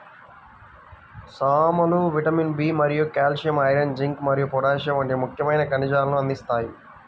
సామలు vitamin B మరియు calcium, iron, zinc మరియు పొటాషియం వంటి ముఖ్యమైన ఖనిజాలను అందిస్తాయి